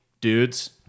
dudes